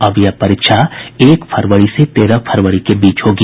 अब यह परीक्षा एक फरवरी से तेरह फरवरी के बीच होगी